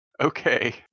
Okay